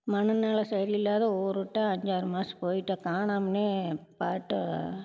மனநிலை சரியில்லாத ஊரை விட்டு அஞ்சாறு மாதம் போய்ட்டான் காணாமனே பாட்ட